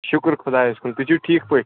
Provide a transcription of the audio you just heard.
شُکُر خۄدایَس کُن تُہۍ چھُو ٹھیٖک پٲٹھۍ